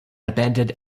abandoned